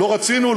לא רצינו.